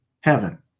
heaven